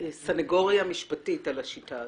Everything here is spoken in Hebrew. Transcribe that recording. סנגוריה משפטית על השיטה הזו.